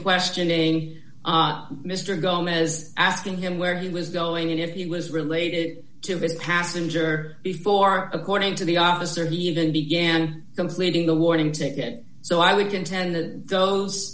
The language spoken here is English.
questioning mr gomes asking him where he was going if he was related to his passenger before according to the officer he even began completing the warning ticket so i would contend the those